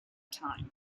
time